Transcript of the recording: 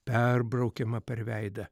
perbraukiama per veidą